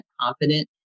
confident